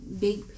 big